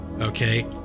okay